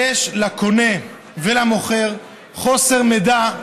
יש לקונה ולמוכר חוסר מידע,